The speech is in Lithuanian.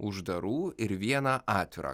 uždarų ir vieną atvirą